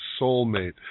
soulmate